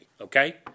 okay